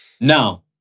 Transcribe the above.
Now